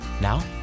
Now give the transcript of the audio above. Now